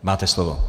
Máte slovo.